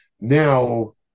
Now